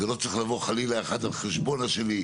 זה לא צריך לבוא, חלילה, אחד על חשבון השני.